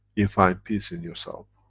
you'll find peace in yourself.